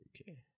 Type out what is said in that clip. Okay